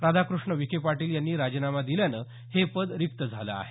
राधाकृष्ण विखे पाटील यांनी राजीनामा दिल्यानं हे पद रिक्त झालं आहे